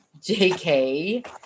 JK